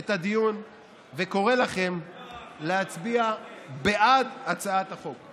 את הדיון וקורא לכם להצביע בעד הצעת החוק.